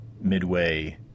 midway